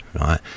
right